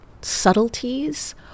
subtleties